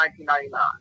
1999